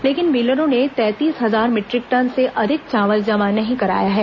लेकिन मिलरों ने तैंतीस हजार मीटरिक टन से अधिक चावल जमा नहीं कराया है